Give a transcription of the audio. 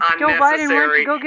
unnecessary